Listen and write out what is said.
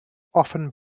often